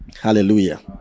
Hallelujah